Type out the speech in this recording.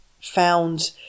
found